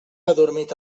adormit